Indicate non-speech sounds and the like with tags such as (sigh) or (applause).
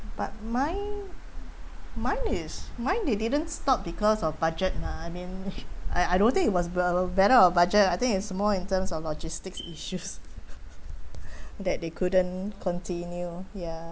but mine mine is mine they didn't stop because of budget lah I mean (laughs) I I don't think it was below below our budget I think it's more in terms of logistic fix issues (laughs) that they couldn't continue ya